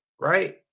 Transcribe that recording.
right